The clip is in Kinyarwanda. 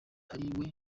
ariwe